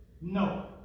No